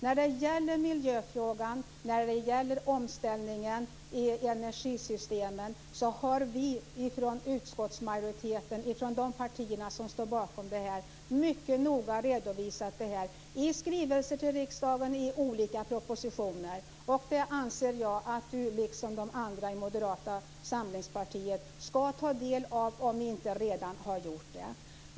När det gäller miljöfrågan och omställningen i energisystemen har vi i utskottsmajoriteten, de partier som står bakom detta, mycket noga redovisat detta i skrivelser till riksdagen och i olika propositioner. Det anser jag att Carl Erik Hedlund liksom de andra i Moderata samlingspartiet skall ta del av om ni inte redan har gjort det.